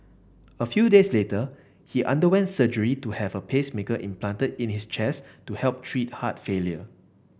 a few days later he underwent surgery to have a pacemaker implanted in his chest to help treat heart failure